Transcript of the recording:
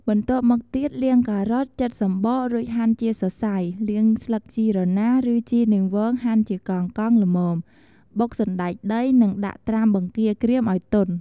បន្ទាប់មកទៀតលាងការ៉ុត ចិតសំបក រួចហាន់ជាសរសៃ លាងស្លឹកជីរណា ឬជីនាងវងហាន់ជាកង់ៗល្មម បុកសណ្ដែកដី និងដាក់ត្រាំបង្គាក្រៀមឲ្យទន់ ។